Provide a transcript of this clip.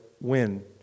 win